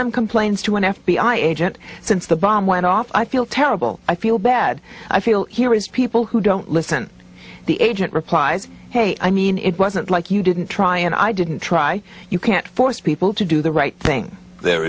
celeb complains to an f b i agent since the bomb went off i feel terrible i feel bad i feel he was people who don't listen the agent replies hey i mean it wasn't like you didn't try and i didn't try you can't force people to do the right thing there